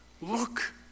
Look